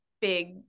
big